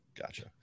Gotcha